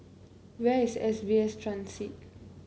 where is S B S Transit